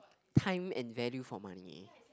time and value for money